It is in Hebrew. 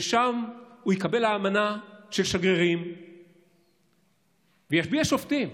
ושם הוא יקבל את האמנה של שגרירים וישביע שופטים.